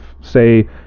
say